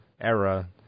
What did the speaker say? era